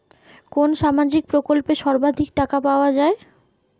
কোন সামাজিক প্রকল্পে সর্বাধিক টাকা পাওয়া য়ায়?